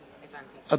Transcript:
הונחו